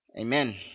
Amen